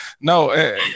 No